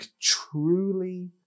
truly